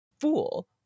fool